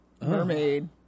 mermaid